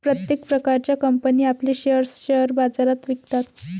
प्रत्येक प्रकारच्या कंपनी आपले शेअर्स शेअर बाजारात विकतात